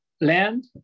Land